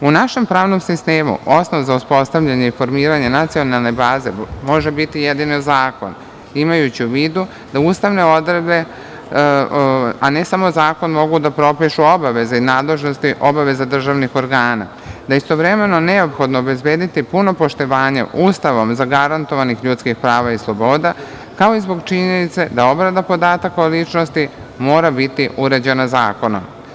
U našem pravnom sistemu osnov za uspostavljanje i formiranje nacionalne baze može biti jedino zakon, imajući u vidu da ustavne odredbe, a ne samo zakon, mogu da propišu obaveze i nadležnosti obaveza državnih organa, da je istovremeno neophodno obezbediti puno poštovanje ustavom zagarantovanih ljudskih prava i sloboda, kao i zbog činjenice da obrada podataka o ličnosti mora biti uređena zakonom.